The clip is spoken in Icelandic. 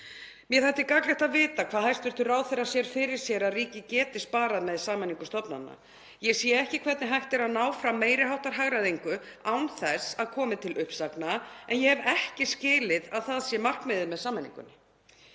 Mér þætti gagnlegt að vita hvað hæstv. ráðherra sér fyrir sér að ríkið geti sparað með sameiningu stofnana. Ég sé ekki hvernig hægt er að ná fram meiri háttar hagræðingu án þess að það komi til uppsagna, en ég hef ekki skilið að það sé markmiðið með sameiningunni.